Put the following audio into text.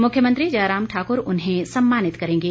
मुख्यमंत्री जयराम ठाकुर उन्हें सम्मानित करेंगे